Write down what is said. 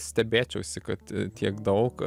stebėčiausi kad tiek daug